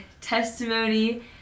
testimony